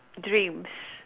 dreams